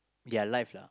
their life lah